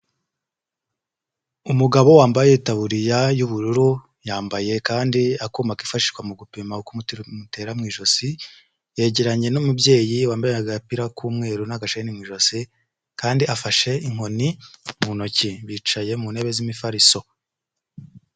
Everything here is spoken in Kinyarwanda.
Umugabo wambaye taburiya y'ubururu yambaye kandi akumaka ifashishwa mu gupima uko umutima utera mu ijosi, yegeranye n'umubyeyi wambaye agapira k'umweru n'agashani mu ijosi kandi afashe inkoni mu ntoki bicaye mu ntebe z'imifarisoko.